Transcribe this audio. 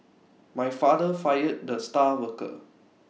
my father fired the star worker